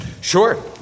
Sure